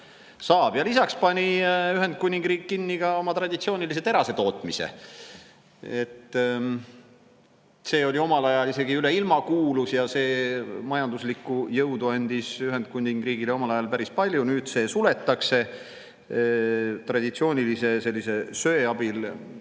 saab. Lisaks pani Ühendkuningriik kinni oma traditsioonilise terasetootmise. See oli omal ajal isegi üle ilma kuulus ja majanduslikku jõudu andis see Ühendkuningriigile omal ajal päris palju. Nüüd see suletakse. Traditsiooniliste söe abil